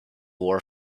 war